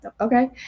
Okay